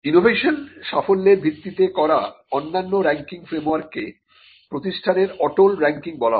innovation সাফল্যের ভিত্তিতে করা অন্যান্য রাঙ্কিং ফ্রেমওয়ার্ককে প্রতিষ্ঠানের অটল রাঙ্কিং বলা হয়